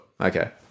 Okay